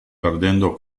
perdendo